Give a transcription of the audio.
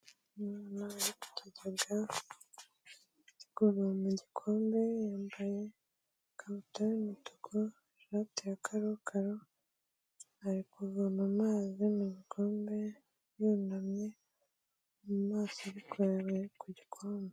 Umwana witojyagaguru mu gikombe yambaye ikabutura y'umutuku ishati ya karokaro ari kuvoma amazi mugodo yunamye mu maso arikureba ku gikombe.